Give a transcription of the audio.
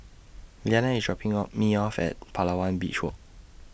Leana IS dropping of dropping Me off At Palawan Beach Walk